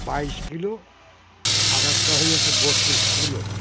বাইশ কিলো আর একটা হয়েছে বত্রিশ কিলো